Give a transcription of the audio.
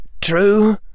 true